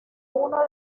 uno